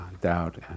doubt